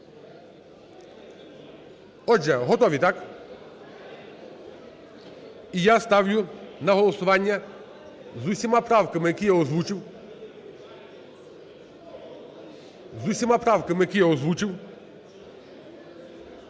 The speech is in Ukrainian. Отже, готові, так? І я ставлю на голосування з усіма правками, які я озвучив, з усіма правками, які я озвучив.